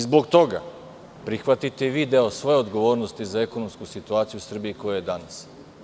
Zbog toga, prihvatite i vi deo svoje odgovornosti za ekonomsku situaciju u Srbiji koja je danas.